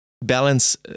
balance